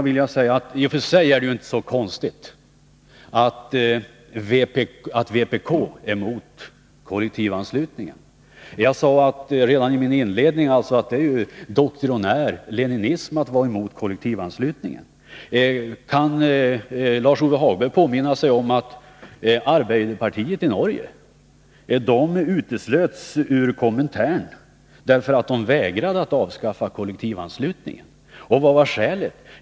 I och för sig är det inte så konstigt att vpk är emot kollektivanslutningen. Jag sade i mitt inledningsanförande att detta är doktrinärt betingat. Leninisterna var ju emot kollektivanslutningen. Kan Lars-Ove Hagberg påminna sig att arbeiderpartiet i Norge uteslöts ur Komintern, därför att det vägrade att avskaffa kollektivanslutningen? Vad var skälet?